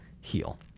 heal